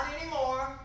anymore